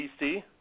DC